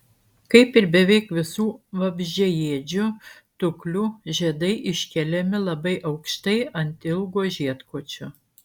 kaip ir beveik visų vabzdžiaėdžių tuklių žiedai iškeliami labai aukštai ant ilgo žiedkočio